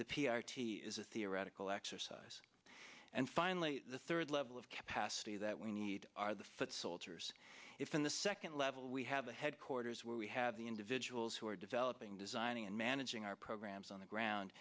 the p r t is a theoretical exercise and finally the third level of capacity that we need are the foot soldiers if in the second level we have a headquarters where we have the individuals who are developing designing and managing our programs on the ground